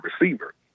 receiver